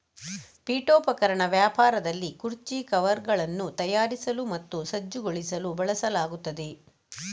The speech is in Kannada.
ಪೀಠೋಪಕರಣ ವ್ಯಾಪಾರದಲ್ಲಿ ಕುರ್ಚಿ ಕವರ್ಗಳನ್ನು ತಯಾರಿಸಲು ಮತ್ತು ಸಜ್ಜುಗೊಳಿಸಲು ಬಳಸಲಾಗುತ್ತದೆ